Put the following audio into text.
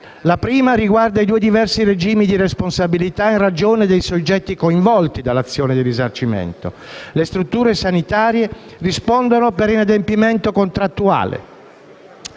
la prima riguarda i due diversi regimi di responsabilità in ragione dei soggetti coinvolti dall'azione di risarcimento. Le strutture sanitarie rispondono per inadempimento contrattuale